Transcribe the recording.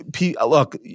look